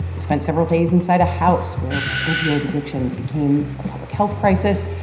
we spent several days inside a house where opioid addiction became a public health crisis.